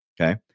Okay